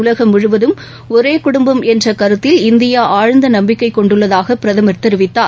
உலகம் முழுவதும் ஒரே குடும்பம் என்ற கருத்தில் இந்தியா ஆழ்ந்த நம்பிக்கை கொண்டுள்ளதாக பிரதமர் தெரிவித்தார்